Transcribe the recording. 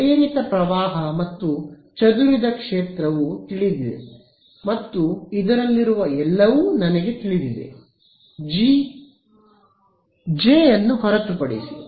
ಆದ್ದರಿಂದ ಪ್ರೇರಿತ ಪ್ರವಾಹ ಮತ್ತು ಚದುರಿದ ಕ್ಷೇತ್ರವು ತಿಳಿದಿದೆ ಮತ್ತು ಇದರಲ್ಲಿರುವ ಎಲ್ಲವೂ ನನಗೆ ತಿಳಿದಿದೆ ಜೆ ಹೊರತುಪಡಿಸಿ